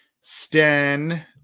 sten